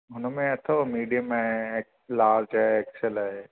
हुनमें अथव मीडियम आहे लार्ज़ आहे एक्सेल आहे